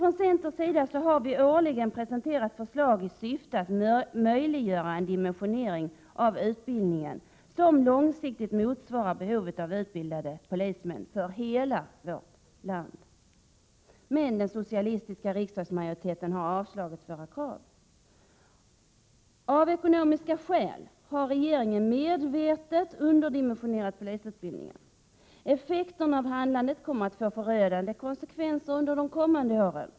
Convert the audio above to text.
Från centerns sida har vi årligen presenterat förslag i syfte att möjliggöra en dimensionering av utbildningen som långsiktigt motsvarar behovet av utbildade polismän för hela vårt land. Men den socialistiska riksdagsmajoriteten har avvisat våra krav. Av ekonomiska skäl har regeringen medvetet underdimensionerat polisutbildningen. Handlandet kommer att få förödande konsekvenser under de kommande åren.